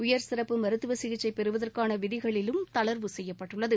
உயர் சிறப்பு மருத்துவ சிகிச்சை பெறுவதற்கான விதிகளிலும் தளர்வு செய்யப்பட்டுள்ளது